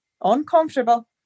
uncomfortable